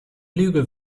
lüge